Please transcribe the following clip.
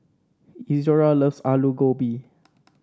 Izora loves Alu Gobi